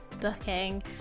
booking